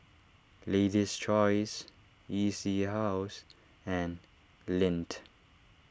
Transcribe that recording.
Lady's Choice E C House and Lindt